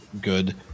good